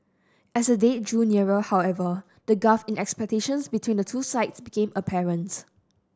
as the date drew nearer however the gulf in expectations between the two sides became apparent